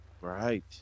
Right